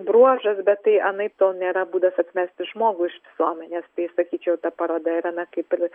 bruožas bet tai anaiptol nėra būdas atmesti žmogų iš visuomenės tai sakyčiau ta paroda yra na kaip ir